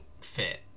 fit